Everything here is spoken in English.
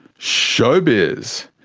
showbiz!